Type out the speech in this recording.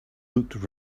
looked